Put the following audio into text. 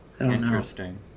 Interesting